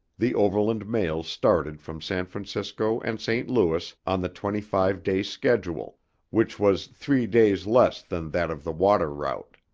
the overland mails started from san francisco and st. louis on the twenty-five day schedule which was three days less than that of the water route.